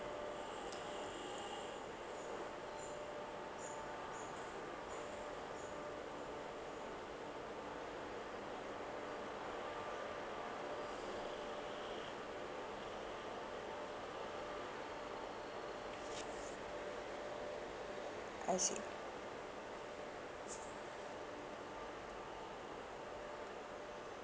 I see